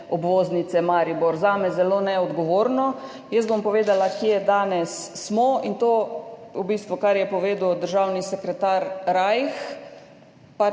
obvoznice Maribor. Zame zelo neodgovorno. Jaz bom povedala, kje danes smo, in v bistvu to, kar je povedal državni sekretar Rajh,